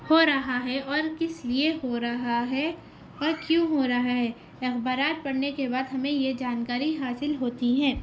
ہو رہا ہے اور کس لیے ہو رہا ہے اور کیوں ہو رہا ہے اخبارات پڑھنے کے بعد ہمیں یہ جانکاری حاصل ہوتی ہے